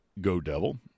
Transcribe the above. go-devil